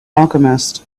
alchemist